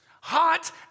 Hot